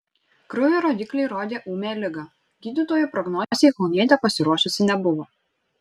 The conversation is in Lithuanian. kraujo rodikliai rodė ūmią ligą gydytojų prognozei kaunietė pasiruošusi nebuvo